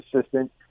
assistant